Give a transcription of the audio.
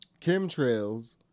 chemtrails